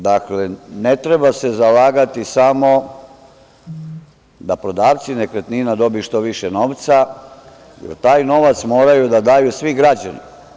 Dakle, ne treba se zalagati samo da prodavci nekretnina dobiju što više novca, jer taj novac moraju da daju svi građani.